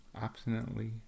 obstinately